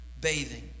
bathing